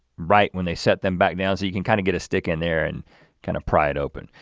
right when they set them back down, so you could kind of get a stick in there and kind of pry it open.